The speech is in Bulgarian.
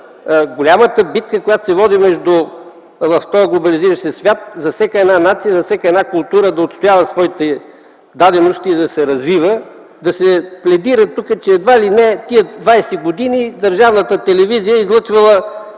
голямата битка, която се води в този глобализиращ се свят - всяка нация, всяка култура да отстоява своите дадености и да се развива, да се пледира тук, че тези 20 години държавната телевизия е излъчвала